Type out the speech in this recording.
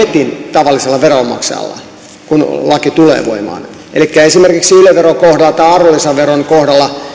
tavallisella veronmaksajalla heti kun laki tulee voimaan elikkä esimerkiksi yle veron kohdalla tai arvonlisäveron kohdalla